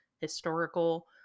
historical